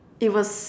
it was